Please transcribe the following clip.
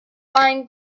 fine